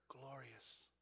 glorious